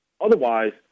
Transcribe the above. otherwise